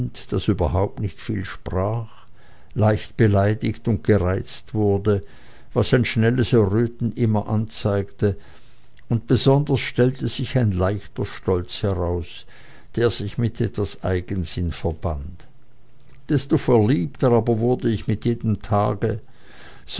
das überhaupt nicht viel sprach leicht beleidigt und gereizt wurde was ein schnelles erröten immer anzeigte und besonders stellte sich ein leichter stolz heraus der sich mit etwas eigensinn verband desto verliebter aber wurde ich mit jedem tage